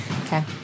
Okay